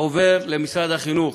יעבור למשרד החינוך.